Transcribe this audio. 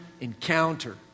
encounter